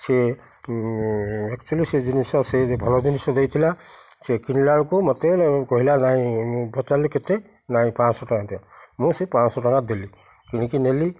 ସେ ଏକ୍ଚୁଆଲି ସେ ଜିନିଷ ସେ ଭଲ ଜିନିଷ ଦେଇଥିଲା ସେ କିଣିଲା ବେଳକୁ ମୋତେ କହିଲା ନାଇଁ ମୁଁ ପଚାରିଲି କେତେ ନାଇଁ ପାଞ୍ଚଶହ ଟଙ୍କା ଦିଅ ମୁଁ ସେ ପାଞ୍ଚଶହ ଟଙ୍କା ଦେଲି କିଣିକି ନେଲି